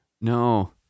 No